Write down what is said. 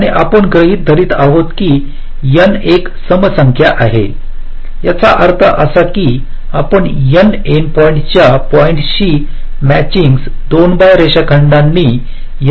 आणि आपण गृहित धरत आहात की N एक सम संख्या आहे याचा अर्थ असा आहे की आपण N इंडपॉइंटच्या पॉईंट्स शी मॅचिंगस 2 बाय रेषाखंडांनी N चा एक सेट शोधत आहात